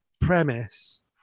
premise